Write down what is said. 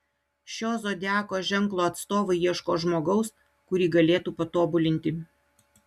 šio zodiako ženklo atstovai ieško žmogaus kurį galėtų patobulinti